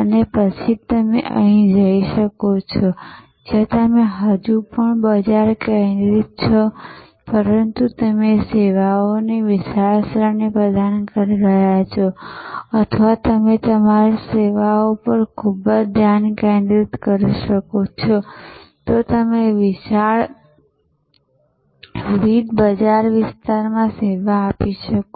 અને પછી તમે અહીં જઈ શકો છો જ્યાં તમે હજી પણ બજાર કેન્દ્રિત છો પરંતુ તમે સેવાઓની વિશાળ શ્રેણી પ્રદાન કરી રહ્યાં છો અથવા તમે તમારી સેવા પર ખૂબ ધ્યાન કેન્દ્રિત કરી શકો છો તો તમે વિશાળ વિવિધ બજાર વિસ્તારોમાં સેવા આપી શકો છો